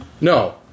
no